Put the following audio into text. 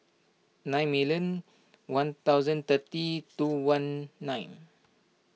nine million one thousand thirty two one nine